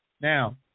Now